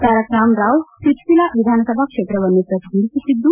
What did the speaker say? ತಾರಕರಾಮ ರಾವ್ ಸಿರ್ಸಿಲಾ ವಿಧಾನಸಭಾ ಕ್ಷೇತ್ರವನ್ನು ಪ್ರತಿನಿಧಿಸುತ್ತಿದ್ದು